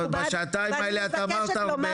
בשעתיים האלה את אמרת הרבה.